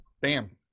Bam